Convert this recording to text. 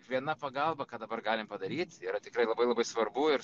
viena pagalba ką dabar galim padaryt yra tikrai labai labai svarbu ir